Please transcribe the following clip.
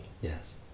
Yes